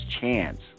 chance